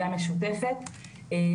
שכנראה עושים את הדבר הזה הכי טוב מכולם.